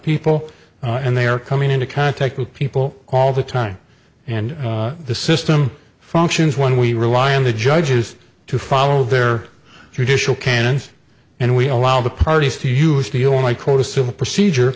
people and they are coming into contact with people all the time and the system functions when we rely on the judges to follow their judicial canons and we allow the parties to use deal like quote a civil procedure